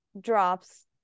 drops